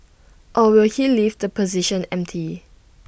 or will he leave the position empty